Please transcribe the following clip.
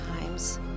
times